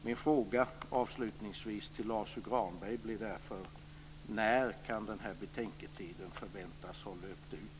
Min fråga till Lars U Granberg blir därför: När kan den här betänketiden förväntas ha löpt ut?